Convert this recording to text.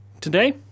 today